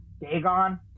Dagon